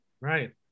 right